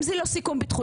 אם זה לא סיכון ביטחוני,